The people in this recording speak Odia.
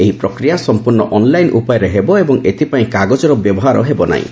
ଏହି ପ୍ରକ୍ରିୟା ସମ୍ପର୍ଣ୍ଣ ଅନ୍ଲାଇନ୍ ଉପାୟରେ ହେବ ଓ ଏଥିପାଇଁ କାଗଜର ବ୍ୟବହାର ହେବ ନାହିଁ